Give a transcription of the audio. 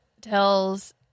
tells